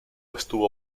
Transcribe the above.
estuvo